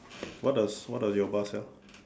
what does what does your bus sell